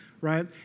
right